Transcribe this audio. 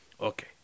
Okay